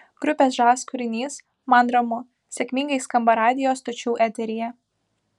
grupės žas kūrinys man ramu sėkmingai skamba radijo stočių eteryje